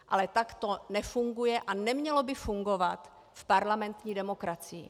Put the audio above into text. Ale tak to nefunguje a nemělo by fungovat v parlamentní demokracii.